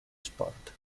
sport